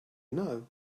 know